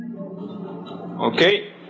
Okay